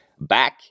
back